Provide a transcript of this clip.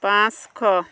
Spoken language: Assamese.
পাঁচশ